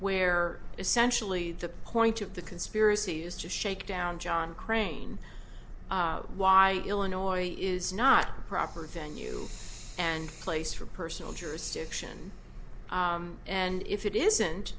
where essentially the point of the conspiracy is to shakedown john crane why illinois is not the proper venue and place for personal jurisdiction and if it isn't